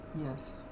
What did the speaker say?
Yes